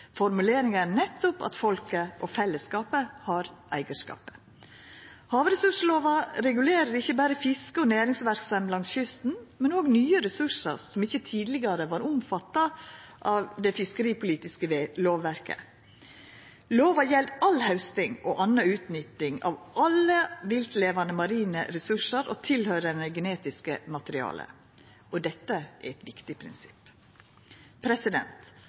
Formuleringa er nettopp at folket og fellesskapet har eigarskapet. Havressurslova regulerer ikkje berre fiske og næringsverksemd langs kysten, men òg nye ressursar som ikkje tidlegare var omfatta av det fiskeripolitiske lovverket. Lova gjeld all hausting og anna utnytting av alle viltlevande marine ressursar og tilhøyrande genetisk materiale. Dette er eit viktig prinsipp.